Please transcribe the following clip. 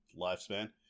lifespan